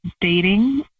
dating